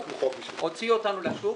הוציאו אותנו לשוק.